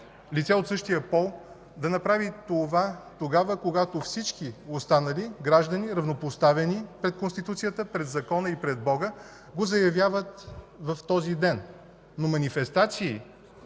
лице от същия пол, да направи това тогава, когато всички останали граждани, равнопоставени пред Конституцията, пред закона и пред Бога, го заявяват в този ден, но манифестации,